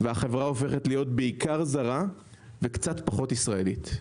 והחברה הופכת להיות בעיקר זרה וקצת פחות ישראלית.